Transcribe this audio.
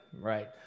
right